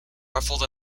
ruffled